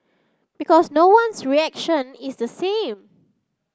because no one's reaction is the same